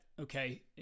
okay